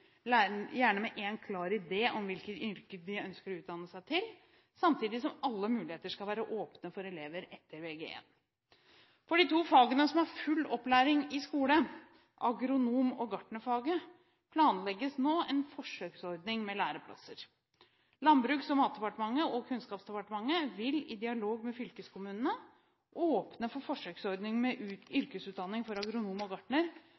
gjerne med en klar idé om hvilket yrke de ønsker å utdanne seg til, og samtidig at alle muligheter skal være åpne for elever etter Vg1. For de to fagene som har full opplæring i skole, agronom- og gartnerfagene, planlegges nå en forsøksordning med læreplasser. Landbruks- og matdepartementet og Kunnskapsdepartementet vil i dialog med fylkeskommunene åpne for forsøksordninger med yrkesutdanning for agronom og gartner